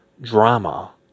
drama